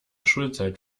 schulzeit